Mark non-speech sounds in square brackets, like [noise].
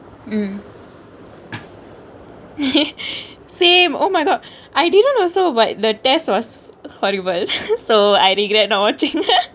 mm [laughs] same oh my god I didn't also but the test was horrible [laughs] so I regret not watchingk [laughs]